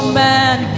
man